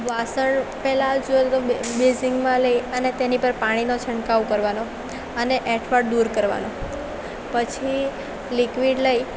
વાસણ પહેલાં જોઈએ તો બેસિનમાં લઈ અને તેની પર પાણીનો છંટકાવ કરવાનો અને એંઠવાડ દૂર કરવાનો પછી લિક્વિડ લઈ